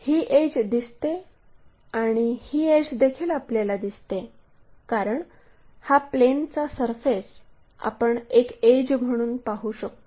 ही edge दिसते आणि ही एड्ज देखील आपल्याला दिसते कारण हा प्लेनचा सरफेस आपण एक एड्ज म्हणून पाहू शकतो